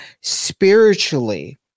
spiritually